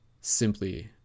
Simply